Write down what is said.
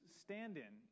stand-in